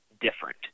different